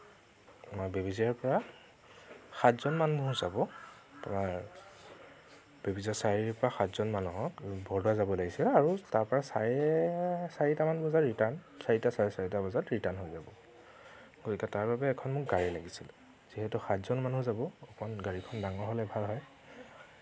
মই বেবেজিয়াৰ পৰা সাতজন মানুহ যাব বেবেজিয়া চাৰিআলিৰ পৰা সাতজন মানুহ বৰদোৱা যাব লাগিছিল আৰু তাৰপৰা চাৰে চাৰিটা বজাত ৰিটাৰ্ন চাৰিটা চাৰে চাৰিটা বজাত ৰিটাৰ্ন হৈ যাব তাৰ কাৰণে মোক এখন গাড়ী লাগিছিল যিহেতু সাতজন মানুহ যাব অকণ গাড়ীখন ডাঙৰ হ'লে ভাল হয়